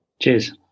cheers